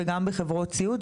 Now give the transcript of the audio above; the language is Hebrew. וגם בחברות סיעוד.